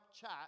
chat